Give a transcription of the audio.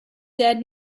dead